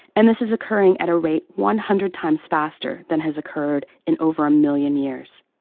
and this is occurring at a rate one hundred times faster than has occurred in over a million years.